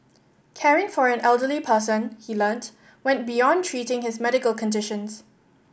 caring for an elderly person he learnt went beyond treating his medical conditions